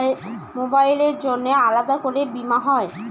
মোবাইলের জন্য আলাদা করে বীমা হয়?